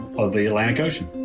of the atlantic ocean.